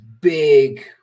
big